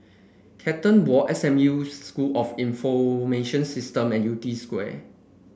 Carlton Walk S M U School of Information System and Yew Tee Square